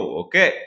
okay